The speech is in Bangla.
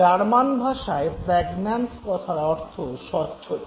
জার্মান ভাষায় প্র্যাগন্যানজ কথার অর্থ স্বচ্ছতা